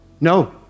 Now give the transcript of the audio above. no